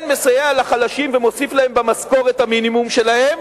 כן מסייע לחלשים ומוסיף להם במשכורת המינימום שלהם,